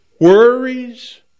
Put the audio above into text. worries